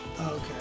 Okay